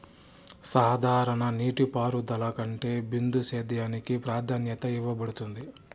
సాధారణ నీటిపారుదల కంటే బిందు సేద్యానికి ప్రాధాన్యత ఇవ్వబడుతుంది